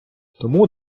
тому